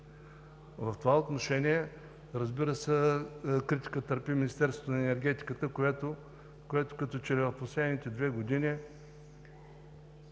В това отношение, разбира се, критика търпи Министерството на енергетиката, което като че ли в последните две години